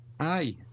Hi